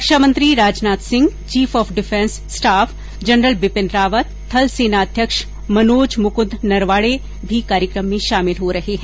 रक्षा मंत्री Rajnath Singh chief of defence staff general Bipin Rawat थल सेना अध्यक्ष मनोज मुकुन्द नरवाणे भी कार्यक्रम में शामिल हो रहे है